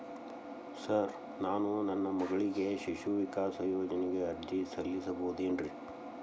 Sir ನಾನು ನನ್ನ ಮಗಳಿಗೆ ಶಿಶು ವಿಕಾಸ್ ಯೋಜನೆಗೆ ಅರ್ಜಿ ಸಲ್ಲಿಸಬಹುದೇನ್ರಿ?